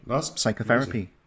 psychotherapy